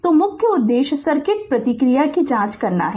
तो मुख्य उद्देश्य सर्किट प्रतिक्रिया की जांच करना है